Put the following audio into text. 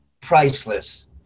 priceless